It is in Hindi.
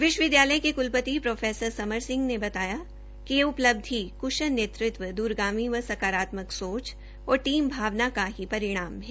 विश्वविद्यालय के क्लपति प्रो समर सिंह ने कहा कि यह उपलब्धि क्शल नेतृत्व द्रगामी व सकारात्मक सोच और टीम भावना का ही परिणाम है